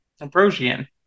Ambrosian